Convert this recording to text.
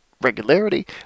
regularity